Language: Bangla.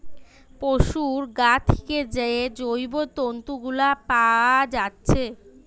পোশুর গা থিকে যে জৈব তন্তু গুলা পাআ যাচ্ছে